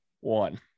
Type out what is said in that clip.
one